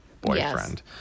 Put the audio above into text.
boyfriend